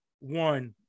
one